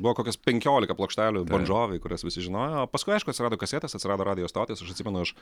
buvo kokios penkiolika plokštelių bon džovi kurias visi žinojo paskui aišku atsirado kasetės atsirado radijo stotys aš atsimenu aš